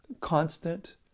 constant